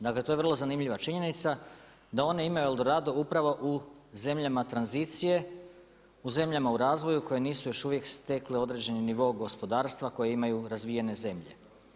Dakle, to je vrlo zanimljiva činjenica da one imaju El Dorado upravo u zemljama tranzicije, u zemljama u razvoju koje nisu još uvijek stekle određeni nivo gospodarstva koje imaju razvijene zemlje.